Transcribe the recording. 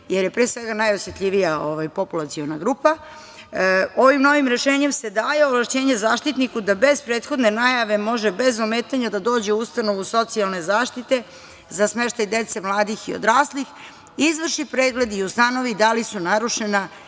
jer je pre svega najosetljivija populaciona grupa. Ovim novim rešenjem se daje ovlašćenje Zaštitniku da bez prethodne najave može bez ometanja da dođe u ustanovu socijalne zaštite za smeštaj dece, mladih i odraslih, izvrši pregled i ustanovi da li su narušena